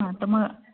हा तर मग